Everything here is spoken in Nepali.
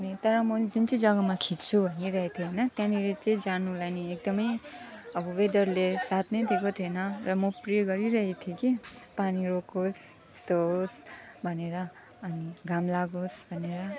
अनि तर मैले जुन चाहिँ जग्गामा खिच्छु भनिरहेको थिएँ होइन त्यहाँनिर चाहिँ जानुलाई नि एकदमै अब वेदरले साथ नै दिएको थिएन र म प्रे गरिरहेको थिएँ कि पानी रोकियोस् यस्तो होस् भनेर अनि घाम लागोस् भनेर